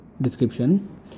Description